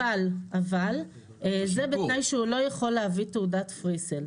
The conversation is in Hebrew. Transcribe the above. אבל זה בתנאי שהוא לא יכול להביא תעודת פרי-סייל.